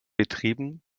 betrieben